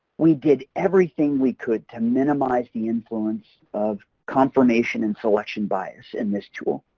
we did everything we could to minimize the influence of confirmation and selection bias in this tool.